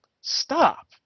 Stop